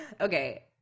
Okay